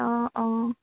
অঁ অঁ